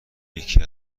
یکی